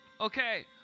Okay